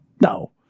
no